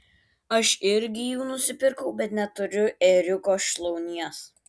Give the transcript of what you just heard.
aš irgi jų nusipirkau bet neturiu ėriuko šlaunies